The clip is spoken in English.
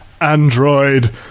Android